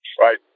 right